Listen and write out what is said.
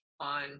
on